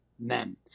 men